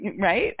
right